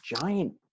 giant